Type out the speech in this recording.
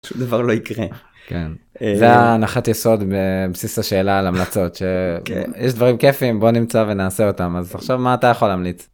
שום דבר לא יקרה. זה הנחת יסוד בבסיס השאלה על המלצות שיש דברים כיפים בוא נמצא ונעשה אותם אז עכשיו מה אתה יכול להמליץ.